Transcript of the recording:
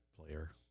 player